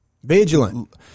Vigilant